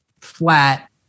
flat